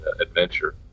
adventure